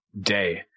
day